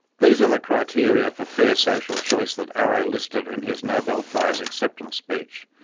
these are the criteria for fair social choice that arrow listed in his nobel prize acceptance speech,